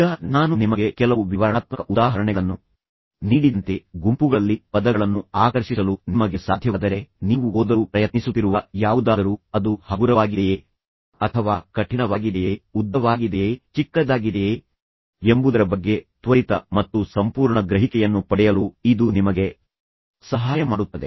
ಈಗ ನಾನು ನಿಮಗೆ ಕೆಲವು ವಿವರಣಾತ್ಮಕ ಉದಾಹರಣೆಗಳನ್ನು ನೀಡಿದಂತೆ ಗುಂಪುಗಳಲ್ಲಿ ಪದಗಳನ್ನು ಆಕರ್ಷಿಸಲು ನಿಮಗೆ ಸಾಧ್ಯವಾದರೆ ನೀವು ಓದಲು ಪ್ರಯತ್ನಿಸುತ್ತಿರುವ ಯಾವುದಾದರೂ ಅದು ಹಗುರವಾಗಿದೆಯೇ ಅಥವಾ ಕಠಿಣವಾಗಿದೆಯೇ ಅದು ಉದ್ದವಾಗಿದೆಯೇ ಅಥವಾ ಚಿಕ್ಕದಾಗಿದೆಯೇ ಎಂಬುದರ ಬಗ್ಗೆ ತ್ವರಿತ ಮತ್ತು ಸಂಪೂರ್ಣ ಗ್ರಹಿಕೆಯನ್ನು ಪಡೆಯಲು ಇದು ನಿಮಗೆ ಸಹಾಯ ಮಾಡುತ್ತದೆ